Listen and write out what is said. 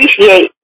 appreciate